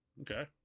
Okay